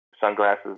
sunglasses